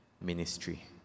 ministry